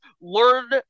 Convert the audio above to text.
learn